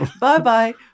Bye-bye